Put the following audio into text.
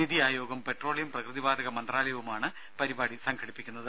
നിതി ആയോഗും പെട്രോളിയം പ്രകൃതി വാതക മന്ത്രാലയവുമാണ് പരിപാടി സംഘടിപ്പിക്കുന്നത്